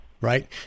right